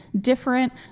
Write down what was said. different